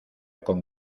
con